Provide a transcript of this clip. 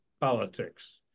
politics